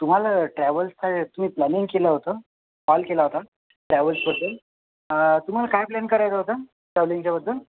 तुम्हाला ट्रॅव्हल्सचा एक मी प्लॅनिंग केलं होतं कॉल केला होता ट्रॅव्हल्सबद्दल तुम्हाला काय प्लॅन करायचा होता ट्रॅव्हलिंगच्याबद्दल